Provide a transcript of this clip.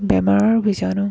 বেমাৰৰ বীজাণু